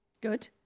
Good